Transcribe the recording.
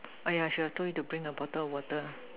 oh should have told you to bring the bottle of water